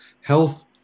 health